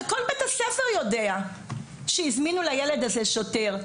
וכל בית-הספר יודע שהזמינו לילד הזה שוטר.